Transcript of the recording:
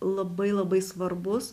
labai labai svarbus